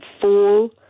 fall